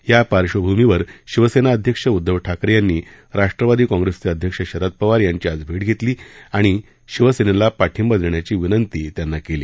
या पार्श्वभूमीवर शिवसेना अध्यक्ष उद्धव ठाकरे यांनी राष्ट्रवादी काँग्रेसचे अध्यक्ष शरद पवार यांची आज भेट घेतली आणि शिवसेनेला पाठिंबा देण्याची विनंती त्यांना केली